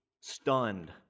stunned